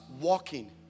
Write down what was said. walking